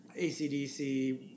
ACDC